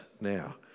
now